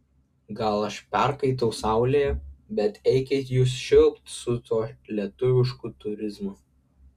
gal aš perkaitau saulėje bet eikit jūs švilpt su tuo lietuvišku turizmu